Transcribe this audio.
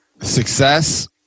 success